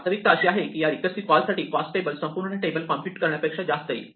वास्तविकता अशी आहे की या रिकर्सिव्ह कॉल्ससाठी कॉस्ट संपूर्ण टेबल कॉम्प्युट करण्यापेक्षा जास्त येईल